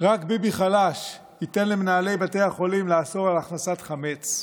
רק ביבי חלש ייתן למנהלי בתי החולים לאסור הכנסת חמץ,